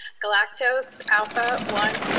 galactose alpha one,